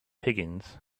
higgins